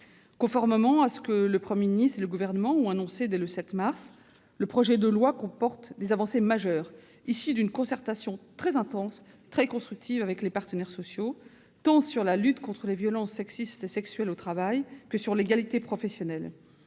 Conformément à ce que le Gouvernement a annoncé dès le 7 mars dernier, le projet de loi comporte des avancées majeures, issues d'une concertation intense et constructive avec les partenaires sociaux, tant sur la lutte contre les violences sexistes et sexuelles au travail que sur l'égalité professionnelle.